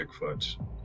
Bigfoot